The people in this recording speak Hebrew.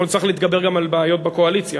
אנחנו נצטרך להתגבר גם על בעיות בקואליציה,